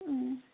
ಹ್ಞೂ